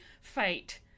fate